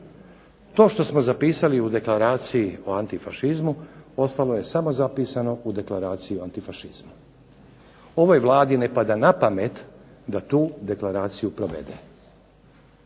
To što smo zapisali u Deklaraciji o antifašizmu ostalo je samo zapisano u Deklaraciji o antifašizmu, ovoj Vladi ne pada na pamet da tu Deklaraciju provede.